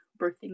birthing